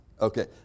Okay